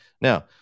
Now